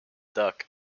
duck